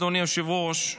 אדוני היושב-ראש,